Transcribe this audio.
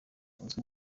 uzwi